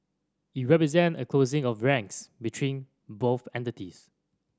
it represent a closing of ranks between both entities